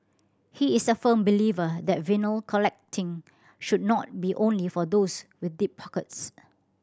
he is a firm believer that vinyl collecting should not be only for those with deep pockets